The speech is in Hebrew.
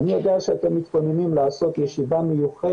אני יודע שאתם מתכוננים לעשות ישיבה מיוחדת בנושא הזה.